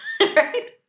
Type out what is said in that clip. Right